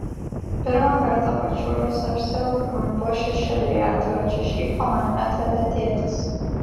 pirmą kartą pačiūžas apsiaviau kai man buvo šešeri į atvirą čiuožyklą mane atvedė tėtis